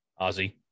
Ozzy